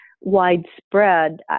widespread